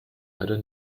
leider